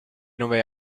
nove